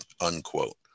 unquote